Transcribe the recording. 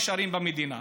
נשארים במדינה.